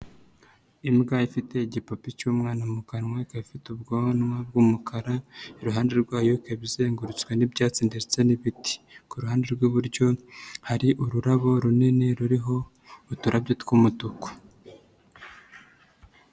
Imbwa ifite igipupe cy'umwana mu kanwa ikaba ifite ubwanwa bw'umukara, iruhande rwayo ikaba izengurutswe n'ibyatsi ndetse n'ibiti, ku ruhande rw'iburyo hari ururabo runini ruriho uturabyo tw'umutuku.